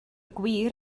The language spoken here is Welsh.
gwir